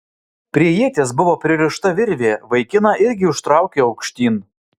prie ieties buvo pririšta virvė vaikiną irgi užtraukė aukštyn